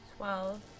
Twelve